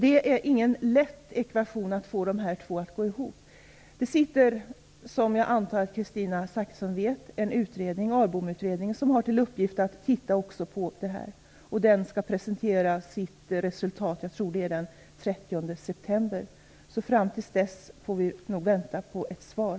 Det är således inte lätt att få den här ekvationen att gå ihop. Jag antar att Kristina Zakrisson vet att en utredning pågår - Arbomutredningen, som har i uppgift att också titta på det här. Denna utredning skall presentera sitt resultat, tror jag, den 30 september. Fram till dess får vi nog vänta på ett svar.